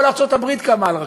כל ארצות-הברית קמה על רכבת,